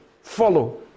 follow